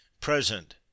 Present